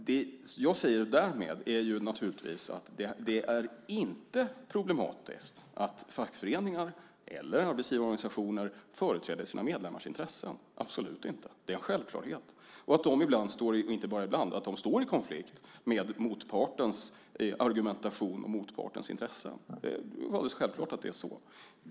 Det jag säger därmed är naturligtvis detta: Det är inte problematiskt att fackföreningar eller arbetsgivarorganisationer företräder sina medlemmars intressen - absolut inte. Det är en självklarhet, liksom att de ibland, och inte bara ibland, står i konflikt med motpartens argumentation och motpartens intressen. Det är alldeles självklart att det är så.